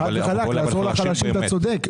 חד וחלק, לעזור לחלשים אתה צודק.